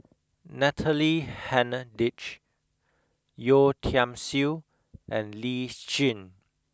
Natalie Hennedige Yeo Tiam Siew and Lee Tjin